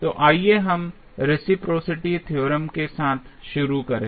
तो आइए हम रेसिप्रोसिटी थ्योरम के साथ शुरू करें